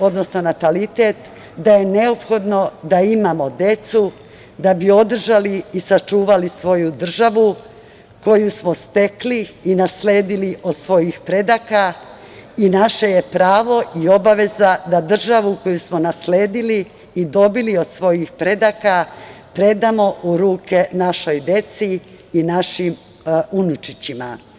odnosno natalitet, da je neophodno da imamo decu da bi održali i sačuvali svoju državu koju smo stekli i nasledili od svojih predaka i naše je pravo i obaveza da državu koju smo nasledili i dobili od svojih predaka predamo u ruke našoj deci i našim unučićima.